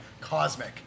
cosmic